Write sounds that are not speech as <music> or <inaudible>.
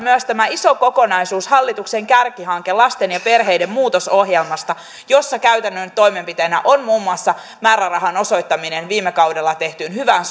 on myös tämä iso kokonaisuus hallituksen kärkihanke lasten ja perheiden muu tosohjelmasta jossa käytännön toimenpiteenä on muun muassa määrärahan osoittaminen viime kaudella tehtyyn hyvään <unintelligible>